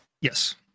Yes